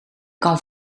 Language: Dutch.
kan